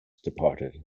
departed